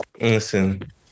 Listen